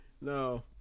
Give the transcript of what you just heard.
No